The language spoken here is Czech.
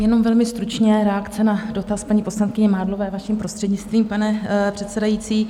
Jenom velmi stručně reakce na dotaz paní poslankyně Mádlové, vaším prostřednictvím, pane předsedající.